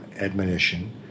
admonition